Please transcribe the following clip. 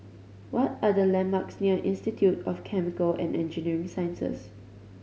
what are the landmarks near Institute of Chemical and Engineering Sciences